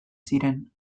ziren